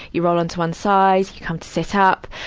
you roll onto one side. you come to sit up.